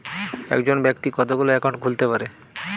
একজন ব্যাক্তি কতগুলো অ্যাকাউন্ট খুলতে পারে?